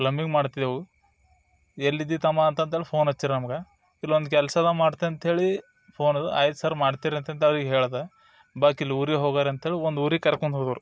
plumbing ಮಾಡ್ತಿದ್ದೆವು ಎಲ್ಲಿದ್ದೀಯ ತಮ್ಮ ಅಂತಂದಲ ಫೋನ್ ಹಚ್ಚಿರ್ ನಮ್ಗೆ ಇಲ್ಲೊಂದು ಕೆಲಸ ಅದ ಮಾಡ್ತೆ ಅಂತ ಹೇಳಿ ಫೋನ್ ಅದು ಆಯ್ತು ಸರ್ ಮಾಡ್ತಿರು ಅಂತಂದು ಅವ್ರ್ಗೆ ಹೇಳಿದ ಬಾಕಿಲ್ಲಿ ಊರಿಗೆ ಹೋಗಾರ ಅಂತ್ಹೇಳಿ ಒಂದು ಊರಿಗೆ ಕರ್ಕೊಂಡು ಹೋಗೋರು